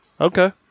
okay